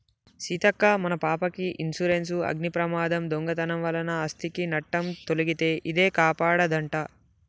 సీతక్క మన పాపకి ఇన్సురెన్సు అగ్ని ప్రమాదం, దొంగతనం వలన ఆస్ధికి నట్టం తొలగితే ఇదే కాపాడదంట